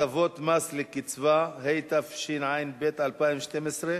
התשע"ב 2011,